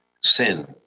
sin